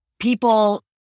People